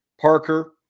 Parker